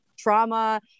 trauma